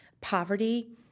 poverty